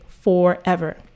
forever